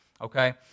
okay